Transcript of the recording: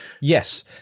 Yes